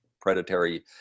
predatory